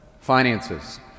finances